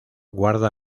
guarda